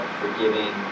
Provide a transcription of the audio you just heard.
forgiving